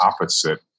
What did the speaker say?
opposite